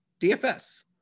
DFS